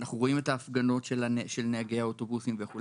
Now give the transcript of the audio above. אנחנו רואים את ההפגנות של נהגי האוטובוסים וכו'.